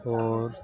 और